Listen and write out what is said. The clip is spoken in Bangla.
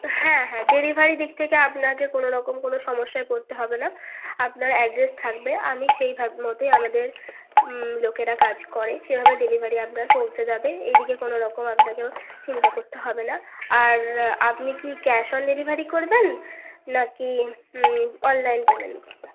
হ্যাঁ হ্যাঁ ডেলিভারির দিক থেকে আপনাকে কোনো রকম কোনো সমস্যায় পড়তে হবে না আপনার অ্যাড্রেস থাকবে আমি সেইভাবে মতোই আমাদের লোকেরা কাজ করে সেইভাবে ডেলিভারি আপনার পৌঁছে যাবে এই দিকে কোনো রকম আপনাকেও চিন্তা করতে হবে না আর আপনি কি ক্যাশ অন ডেলিভারি করবেন নাকি অনলাইন পেমেন্ট করবেন